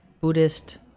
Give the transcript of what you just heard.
Buddhist